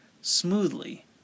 smoothly